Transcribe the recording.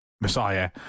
Messiah